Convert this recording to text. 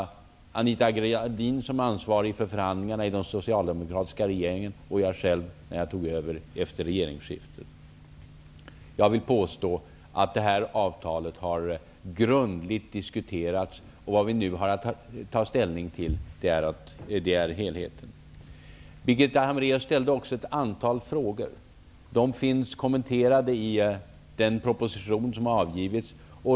Anita Gradin som ansvarig för förhandlingarna i den tidigare socialdemokratiska regeringen och jag, efter regeringsskiftet har diskuterat förhandlingsuppläggningen. Jag vill påstå att detta avtal grundligt har diskuterats. Nu har vi att ta ställning till helheten. Birgitta Hambraeus ställde också ett antal frågor. De finns kommenterade i avgiven proposition.